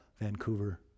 Vancouver